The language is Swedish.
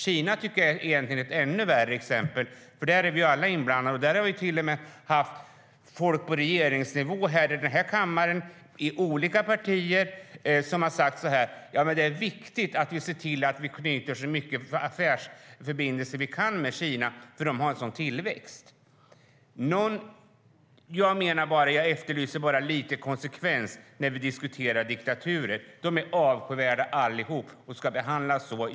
Kina tycker jag egentligen är ett ännu värre exempel, för där är vi alla inblandade, och där har vi till och med haft folk på regeringsnivå i olika partier som har sagt: Det är viktigt att vi ser till att knyta så mycket affärsförbindelser vi kan med Kina, för de har så stor tillväxt. Jag efterlyser bara lite konsekvens när vi diskuterar diktaturer. De är avskyvärda allihop och ska behandlas så.